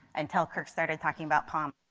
until kirk started talking about. um